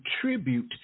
contribute